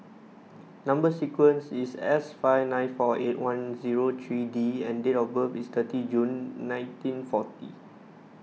Number Sequence is S five nine four eight one zero three D and date of birth is thirty June nineteen forty